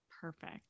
Perfect